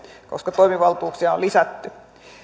koska toimivaltuuksia on lisätty